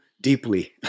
deeply